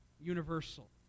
universal